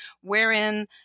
wherein